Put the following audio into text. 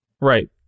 right